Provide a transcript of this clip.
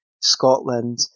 Scotland